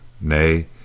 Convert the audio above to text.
Nay